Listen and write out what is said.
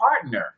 partner